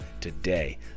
today